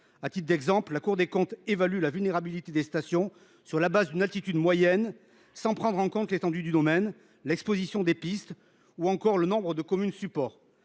À titre d’exemple, la Cour des comptes évalue la vulnérabilité des stations sur la base d’une altitude moyenne sans prendre en compte l’étendue du domaine, l’exposition des pistes ou encore le nombre de communes supports.